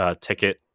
ticket